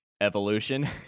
Evolution